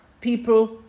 people